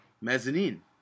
mezzanine